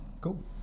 Cool